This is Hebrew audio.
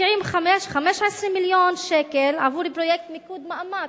משקיעים 15 מיליון שקל עבור פרויקט "מיקוד מאמץ",